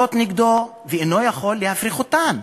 שעומדות נגדו ואינו יכול להפריך אותן.